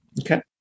Okay